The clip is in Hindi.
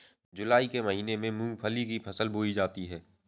जूलाई के महीने में मूंगफली की फसल बोई जाती है